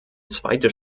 zweite